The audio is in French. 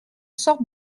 sorte